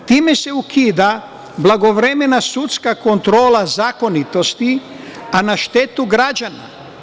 Time se ukida blagovremena sudska kontrola zakonitosti, a na štetu građana.